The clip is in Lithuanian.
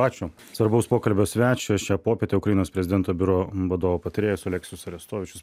ačiū svarbaus pokalbio svečio šią popietę ukrainos prezidento biuro vadovo patarėjas oleksijus arestovyčius